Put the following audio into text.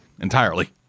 entirely